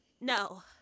No